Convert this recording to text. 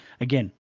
Again